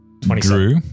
Drew